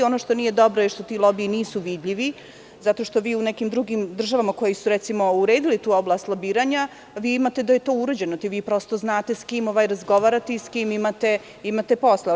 Ono što nije dobro je što ti lobiji nisu vidljivi, zato što vi u nekim drugim državama koje su recimo uredile tu oblast lobiranja, vi imate da je to uređeno i prosto znate sa kim razgovarate i sa kim imate posla.